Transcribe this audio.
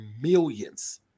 millions